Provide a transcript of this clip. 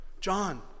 John